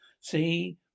See